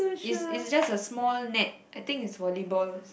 is is just a small net I think is volleyball